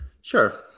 Sure